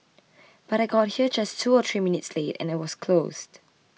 but I got here just two or three minutes late and it was closed